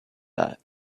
that